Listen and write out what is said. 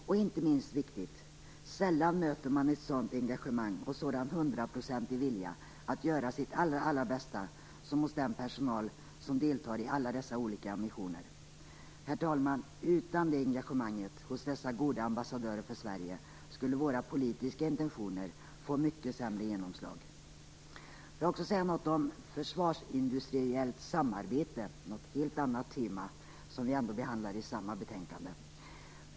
Och inte minst viktigt: Sällan möter man ett sådant engagemang och en sådan hundraprocentig vilja att göra sitt allra bästa som hos den personal som deltar i alla dessa olika missioner. Herr talman! Utan detta engagemang hos dessa goda ambassadörer för Sverige skulle våra politiska intentioner få mycket sämre genomslag. Jag skall också säga något om försvarsindustriellt samarbete, ett helt annat tema som vi ändå behandlar i samma betänkande.